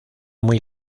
muy